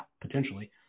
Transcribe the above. potentially